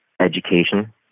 education